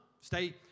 Stay